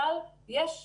אבל יש מגבלה.